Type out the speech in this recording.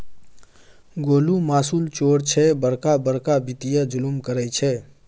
गोलु मासुल चोर छै बड़का बड़का वित्तीय जुलुम करय छै